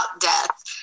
death